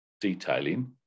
detailing